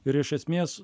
ir iš esmės